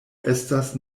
estas